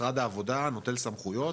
משרד העבודה נוטל סמכויות